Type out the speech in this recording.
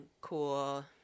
cool